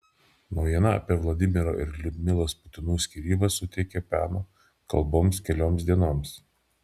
naujiena apie vladimiro ir liudmilos putinų skyrybas suteikė peno kalboms kelioms dienoms